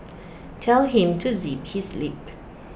tell him to zip his lip